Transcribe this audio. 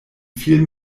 viel